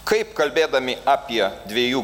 kaip kalbėdami apie dviejų